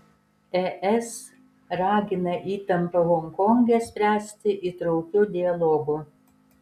es ragina įtampą honkonge spręsti įtraukiu dialogu